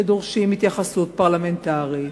שדורשים התייחסות פרלמנטרית,